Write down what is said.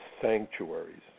sanctuaries